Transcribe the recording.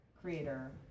creator